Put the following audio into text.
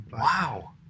Wow